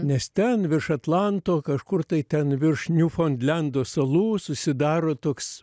nes ten virš atlanto kažkur tai ten virš niūfaundlendo salų susidaro toks